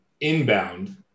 inbound